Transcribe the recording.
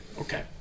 okay